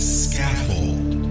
scaffold